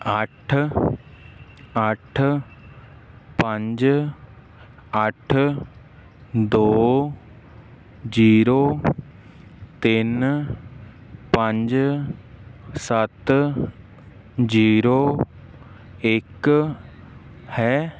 ਅੱਠ ਅੱਠ ਪੰਜ ਅੱਠ ਦੋ ਜੀਰੋ ਤਿੰਨ ਪੰਜ ਸੱਤ ਜੀਰੋ ਇੱਕ ਹੈ